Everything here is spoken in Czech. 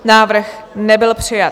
Návrh nebyl přijat.